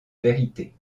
vérité